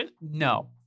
No